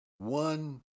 One